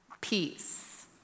peace